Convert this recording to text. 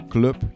Club